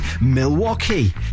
Milwaukee